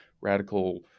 radical